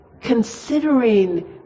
considering